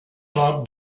poc